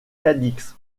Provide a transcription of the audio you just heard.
cadix